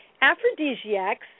Aphrodisiacs